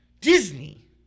Disney